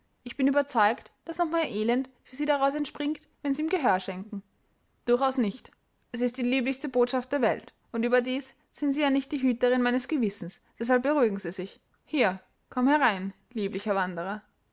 ich bin überzeugt daß noch mehr elend für sie daraus entspringt wenn sie ihm gehör schenken durchaus nicht es ist die lieblichste botschaft der welt und überdies sind sie ja nicht die hüterin meines gewissens deshalb beruhigen sie sich hier komm herein lieblicher wanderer